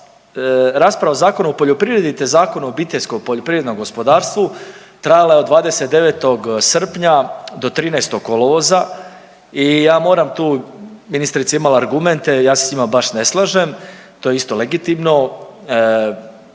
rasprava o Zakonu o poljoprivredi, te Zakonu o OPG-ovima trajala je od 29. srpnja do 13. kolovoza i ja moram tu, ministrica je imala argumente, ja se s njima baš ne slažem, to je isto legitimno,